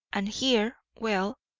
and here well,